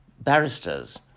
barristers